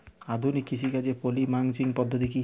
আধুনিক কৃষিকাজে poly mulching পদ্ধতি কি?